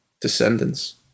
descendants